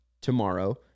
tomorrow